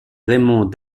raymond